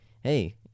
hey